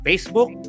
Facebook